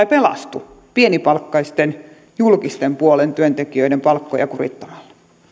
pelastu pienipalkkaisten julkisen puolen työntekijöiden palkkoja kurittamalla